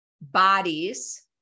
bodies